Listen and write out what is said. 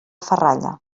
ferralla